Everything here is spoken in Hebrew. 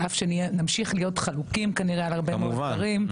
על אף שנמשיך להיות חלוקים על הרבה מאוד דברים,